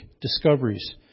discoveries